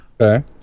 Okay